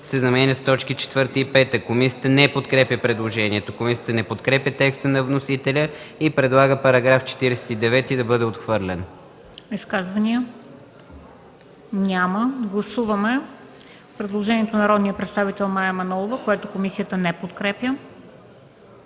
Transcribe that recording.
се заменят с „т. 4 и 5”. Комисията не подкрепя предложението. Комисията не подкрепя текста на вносителя и предлага § 49 да бъде отхвърлен. ПРЕДСЕДАТЕЛ МЕНДА СТОЯНОВА: Изказвания? Няма. Гласуваме предложението на народния представител Мая Манолова, което комисията не подкрепя.